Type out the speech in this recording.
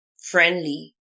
friendly